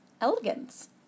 elegance